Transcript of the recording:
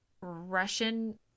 Russian